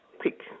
quick